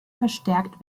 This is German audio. verstärkt